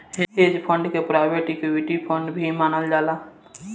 hedge fund के private equity fund भी मानल जाला